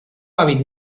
hàbitat